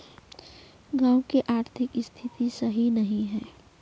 गाँव की आर्थिक स्थिति सही नहीं है?